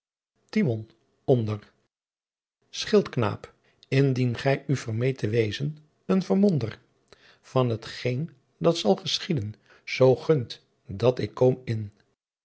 onder schildkn indien ghy u vermeet te wezen een vermonder van t geen dat zal geschiên zoo gundt dat ik koom in